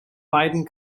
beiden